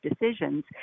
decisions